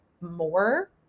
more